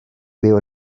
byw